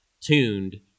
tuned